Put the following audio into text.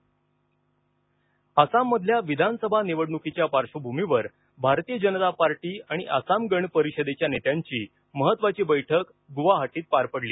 आसाम भाजप आसाममधल्या विधानसभा निवडणुकीच्या पार्श्वभूमीवर भारतीय जनता पार्टी आणि आसाम गण परिषदेच्या नेत्यांची महत्त्वाची बैठक गुवाहाटीत पार पडली